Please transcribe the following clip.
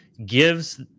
gives